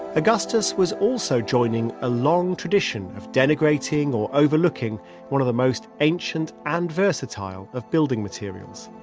augustus was also joining a long tradition of denigrating or overlooking one of the most ancient and versatile of building materials